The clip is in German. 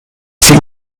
sie